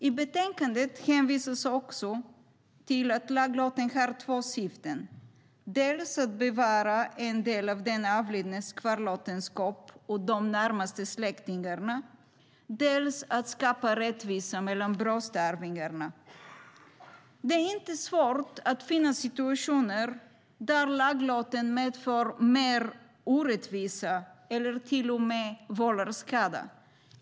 I betänkandet hänvisas också till att laglotten har två syften, dels att bevara en del av den avlidnes kvarlåtenskap åt de närmaste släktingarna, dels att skapa rättvisa mellan bröstarvingarna. Det är inte svårt att finna situationer där laglotten medför mer orättvisa eller till och med vållar skada.